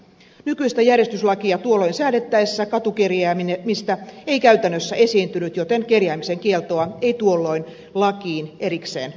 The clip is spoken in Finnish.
nykyistä järjestyslakia tuolloin säädettäessä katukerjäämistä ei käytännössä esiintynyt joten kerjäämisen kieltoa ei tuolloin lakiin erikseen otettu